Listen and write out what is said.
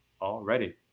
already